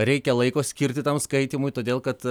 reikia laiko skirti tam skaitymui todėl kad